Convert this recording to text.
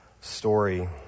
story